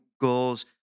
goals